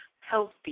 healthy